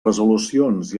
resolucions